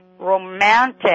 romantic